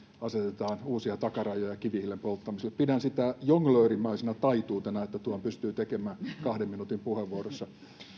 asetetaan uusia takarajoja kivihiilen polttamiselle pidän sitä jonglöörimäisenä taituruutena että tuon pystyy tekemään kahden minuutin puheenvuorossa